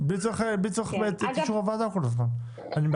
בואו תהפכו את זה להוראת קבע, וכשתהיו